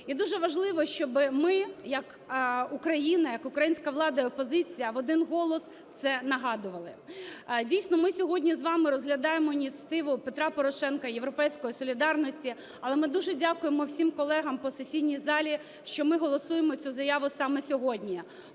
І дуже важливо, щоби ми як Україна, як українська влада і опозиція в один голос це нагадували. Дійсно ми сьогодні з вами розглядаємо ініціативу Петра Порошенка і "Європейської солідарності". Але ми дуже дякуємо всім колегам по сесійній залі, що ми голосуємо цю заяву саме сьогодні,